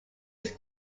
was